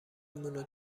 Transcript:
مونو